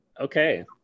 Okay